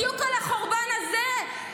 בדיוק על החורבן הזה,